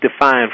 define